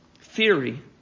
Theory